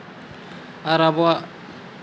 ᱟᱨ ᱟᱵᱚᱣᱟᱜ